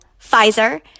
Pfizer